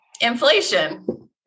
Inflation